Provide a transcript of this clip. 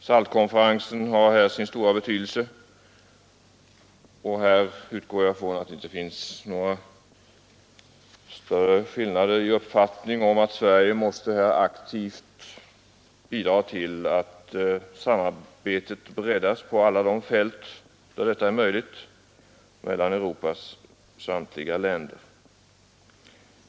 SALT-konferensen har här sin stora betydelse. Jag utgår ifrån att det inte finns några delade meningar om att Sverige aktivt måste bidra till att samarbetet mellan Europas samtliga länder breddas på alla de fält där det är möjligt.